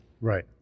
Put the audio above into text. right